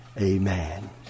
Amen